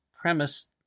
premise